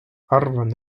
arvan